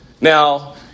Now